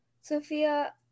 Sophia